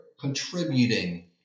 contributing